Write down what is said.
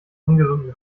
ungesunden